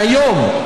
מהיום,